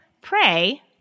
pray